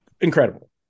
incredible